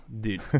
dude